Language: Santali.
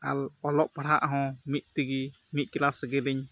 ᱟᱨ ᱚᱞᱚᱜ ᱯᱟᱲᱦᱟᱜ ᱦᱚᱸ ᱢᱤᱫ ᱛᱮᱜᱮ ᱢᱤᱫ ᱠᱮᱞᱟᱥ ᱨᱮᱜᱮ ᱞᱤᱧ